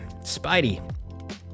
spidey